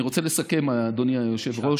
אני רוצה לסכם, אדוני היושב-ראש.